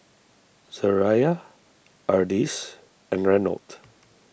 Zariah Ardyce and Reynold